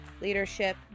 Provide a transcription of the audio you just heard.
leadership